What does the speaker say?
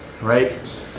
right